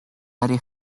área